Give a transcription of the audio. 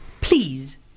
please